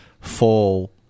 fall